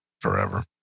forever